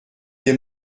des